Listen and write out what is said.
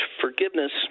forgiveness